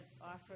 offer